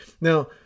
Now